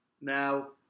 Now